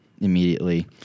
Immediately